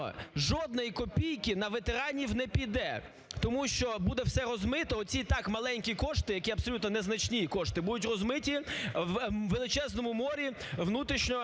жодної копійки на ветеранів не піде, тому що буде все розмито оці і так маленькі кошти, які абсолютно незначні кошти будуть розмиті у величезному морі внутрішньо